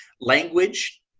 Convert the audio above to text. language